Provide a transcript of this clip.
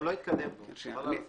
גם לא יתקדם, חבל על הזמן.